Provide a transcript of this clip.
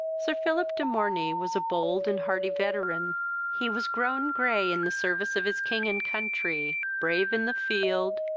sir philip de morney was a bold and hardy veteran he was grown grey in the service of his king and country brave in the field,